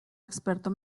experto